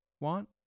want